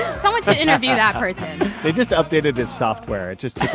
someone should interview that person they just updated his software. it just took